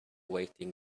waiting